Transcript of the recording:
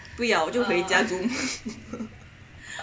you just 不要就回家 Zoom